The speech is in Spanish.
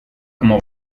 como